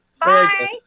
bye